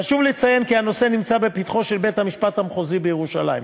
חשוב לציין כי הנושא נמצא לפתחו של בית-המשפט המחוזי בירושלים,